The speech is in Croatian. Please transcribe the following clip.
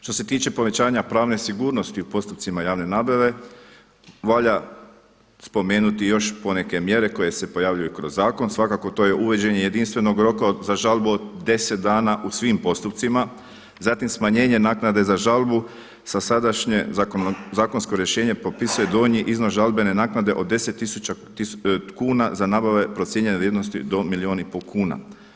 Što se tiče povećanja pravne sigurnosti u postupcima javne nabave, valja spomenuti još poneke mjere koje se pojavljuju kroz zakon, svakako to je uvođenje jedinstvenog roka za žalbu od deset dana u svim postupcima, zatim smanjenje naknade za žalu sa sadašnje zakonsko rješenje propisuje donji iznos žalbene naknade od deset tisuća kuna za nabave procijenjene vrijednosti do milijun i pol kuna.